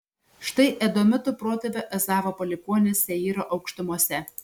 štai edomitų protėvio ezavo palikuonys seyro aukštumose